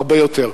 הרבה יותר.